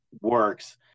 works